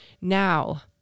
Now